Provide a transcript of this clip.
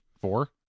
Four